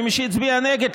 למי שהצביע נגד,